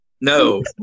no